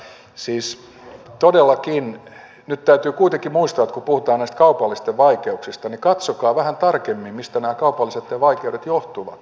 siis todellakin nyt täytyy kuitenkin muistaa että kun puhutaan näistä kaupallisten vaikeuksista niin katsokaa vähän tarkemmin mistä nämä kaupallisten vaikeudet johtuvat